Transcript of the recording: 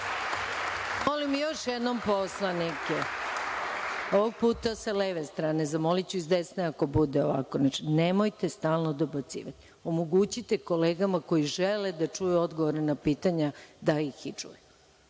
Molim još jednom poslanike, ovog puta sa leve strane, zamoliću s desne ako bude ovako, nemojte stalno dobacivati. Omogućite kolegama koji žele da čuju odgovore na pitanja da ih i